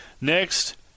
Next